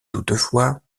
toutefois